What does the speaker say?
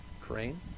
Crane